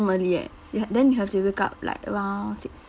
early eh you h~ then you have to wake up like around six